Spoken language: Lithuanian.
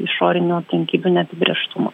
išorinių aplinkybių neapibrėžtumą